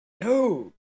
no